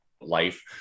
life